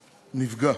נפגע.